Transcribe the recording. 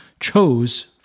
chose